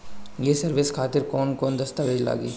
ये सर्विस खातिर कौन कौन दस्तावेज लगी?